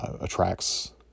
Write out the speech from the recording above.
attracts